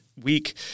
week